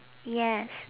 yes